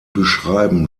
beschreiben